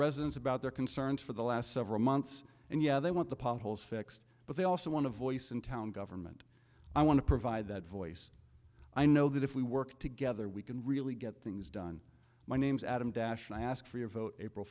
residents about their concerns for the last several months and yeah they want the potholes fixed but they also want a voice in town government i want to provide that voice i know that if we work together we can really get things done my name's adam dash and i ask for your vote april